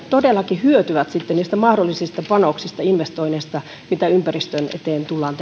todellakin sitten hyötyvät niistä mahdollisista panoksista investoinneista joita ympäristön eteen tullaan